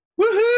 Woohoo